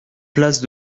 place